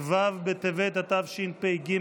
ט"ו בטבת התשפ"ג,